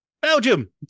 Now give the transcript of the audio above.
Belgium